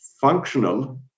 functional